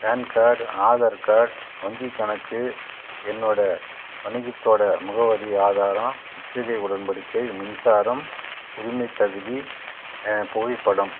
pan card Aadhaar card வங்கி கணக்கு என்னோடய வணிகத்தோடய முகவரி ஆதாரம் முற்றுகை உடன்படிக்கை மின்சாரம் உரிமை தகுதி புகைப்படம்